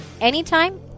anytime